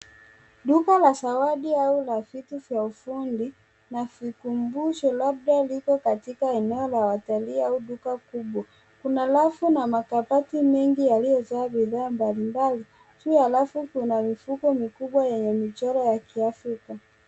Duka la zawadi au la vitu vya kiufundi na vikumbusho labda liko katika eneo la watalii au duka kubwa, kuna rafu na makabati mingi yaliyojaa bidhaa mbalimbali juu ya rafu kuna mifuko mikubwa yenye michoro ya Kiafrika.